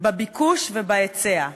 בביקוש ובהיצע,